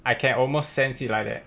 I can almost sense it like that